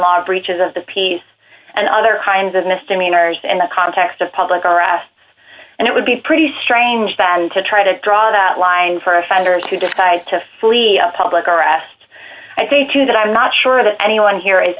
law breaches of the peace and other kinds of mr mean ours and the context of public are asked and it would be pretty strange than to try to draw that line for offenders who decide to fully public arrest i think too that i'm not sure that anyone here is